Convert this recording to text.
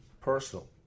personal